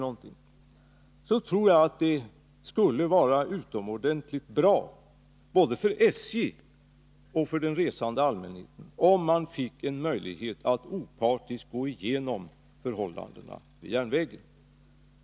I ett sådant läge tror jag att det skulle vara utomordentligt bra, både för SJ och för den resande allmänheten, om vi fick möjlighet att opartiskt gå igenom förhållandena vid järnvägen.